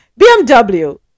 BMW